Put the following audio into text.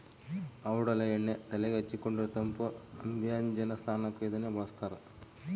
ಔಡಲ ಎಣ್ಣೆ ತೆಲೆಗೆ ಹಚ್ಚಿಕೊಂಡರೆ ತಂಪು ಅಭ್ಯಂಜನ ಸ್ನಾನಕ್ಕೂ ಇದನ್ನೇ ಬಳಸ್ತಾರ